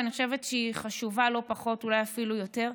ואני חושבת שהיא חשובה לא פחות ואולי אפילו יותר,